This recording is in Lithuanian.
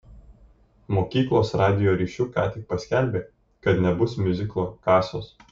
mokyklos radijo ryšiu ką tik paskelbė kad nebus miuziklo kasos